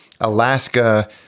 Alaska